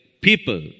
people